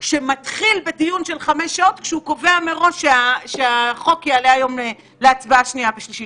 ואז השופטת קובעת שיש סתימת פיות.